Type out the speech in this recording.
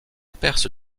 perse